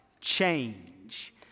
change